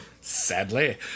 sadly